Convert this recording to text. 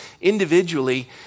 individually